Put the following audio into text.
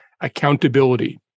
accountability